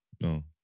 No